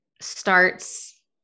starts